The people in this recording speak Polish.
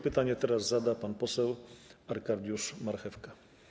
Pytanie teraz zada pan poseł Arkadiusz Marchewka.